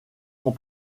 sont